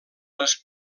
les